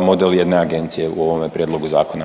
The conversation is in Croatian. model jedne agencije u ovome prijedlogu zakona?